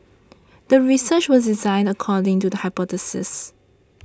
the research was designed according to the hypothesis